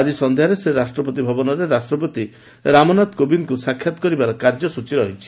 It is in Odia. ଆକି ସନ୍ଧ୍ୟାରେ ସେ ରାଷ୍ଟ୍ରପତି ଭବନରେ ରାଷ୍ଟ୍ରପତି ରାମନାଥ କୋବିନ୍ଦଙ୍କୁ ସାକ୍ଷାତ୍ କରିବାର କାର୍ଯ୍ୟସ୍ଟଚୀ ରହିଛି